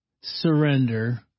surrender